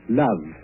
love